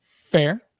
Fair